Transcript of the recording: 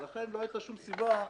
ולכן לא היתה שום סיבה,